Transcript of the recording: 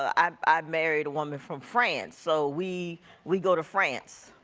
i married a woman from france, so we we go to france.